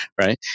right